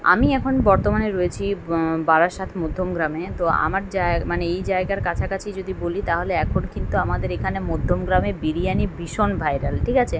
আমি এখন বর্তমানে রয়েছি বারাসাত মধ্যমগ্রামে তো আমার যা মানে এই জায়গার কাছাকাছি যদি বলি তাহলে এখন কিন্তু আমাদের এখানে মধ্যমগ্রামে বিরিয়ানি ভীষণ ভাইরাল ঠিক আছে